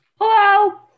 Hello